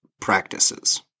practices